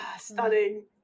stunning